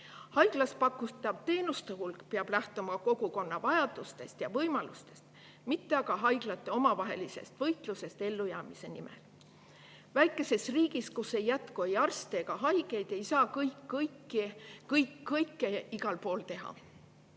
Haiglas pakutav teenuste hulk peab lähtuma kogukonna vajadustest ja võimalustest, mitte aga haiglate omavahelisest võitlusest ellujäämise nimel. Väikeses riigis, kus ei jätku ei arste ega haigeid, ei saa kõik kõike igal pool teha.